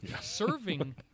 serving